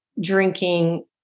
drinking